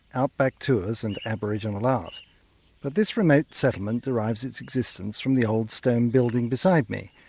outback tours and aboriginal art. but this remote settlement derives its existence from the old stone building beside me,